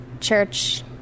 church